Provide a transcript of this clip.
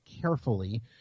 carefully